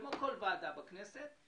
כמו כל ועדה בכנסת,